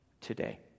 today